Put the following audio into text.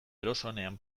erosoenean